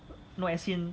no as in